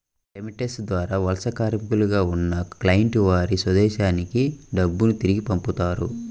remittance ద్వారా వలస కార్మికులుగా ఉన్న క్లయింట్లు వారి స్వదేశానికి డబ్బును తిరిగి పంపుతారు